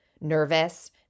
nervous